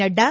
Nadda